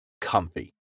comfy